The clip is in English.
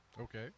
Okay